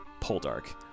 Poldark